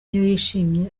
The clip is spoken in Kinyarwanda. yishimye